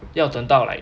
要等到 like